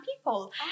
people